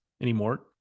anymore